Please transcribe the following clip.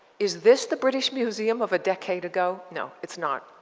is this the british museum of a decade ago? no, it's not.